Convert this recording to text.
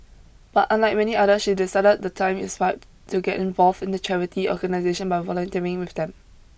but unlike many other she decided the time is ripe to get involved in the charity organisation by volunteering with them